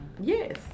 Yes